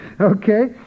Okay